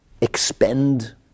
expend